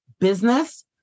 business